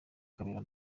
kabera